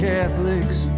Catholics